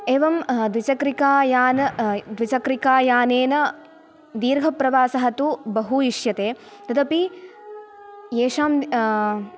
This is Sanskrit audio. एवं द्विचक्रिकायान द्विचक्रिकायानेन दीर्घप्रवासः तु बहु इष्यते तदपि येषां